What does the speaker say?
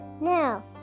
Now